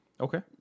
Okay